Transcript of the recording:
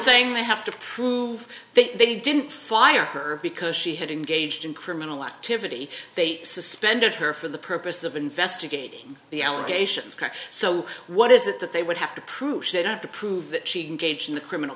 saying they have to prove that they didn't fire her because she had engaged in criminal activity they suspended her for the purpose of investigating the allegations so what is it that they would have to prove she'd have to prove that she'd been gauging the criminal